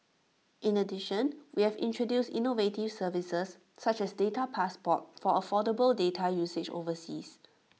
in addition we have introduced innovative services such as data passport for affordable data usage overseas